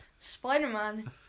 Spider-Man